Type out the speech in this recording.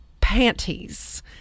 panties